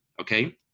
Okay